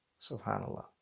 SubhanAllah